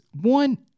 one